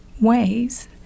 ways